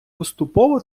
поступово